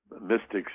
mystics